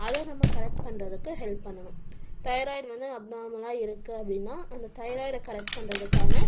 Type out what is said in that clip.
அதை நம்ம கரெக்ட் பண்ணுறதுக்கு ஹெல்ப் பண்ணணும் தைராய்டு வந்து அப்நார்மலாக இருக்குது அப்படீன்னா அந்த தைராய்டை கரெக்ட் பண்ணுறதுக்கான